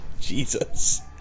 Jesus